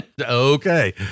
okay